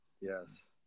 Yes